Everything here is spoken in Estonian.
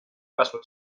kasvab